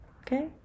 Okay